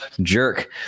jerk